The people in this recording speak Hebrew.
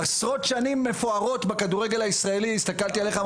עשרות שנים מפוארות בכדורגל הישראלי הסתכלתי עליך.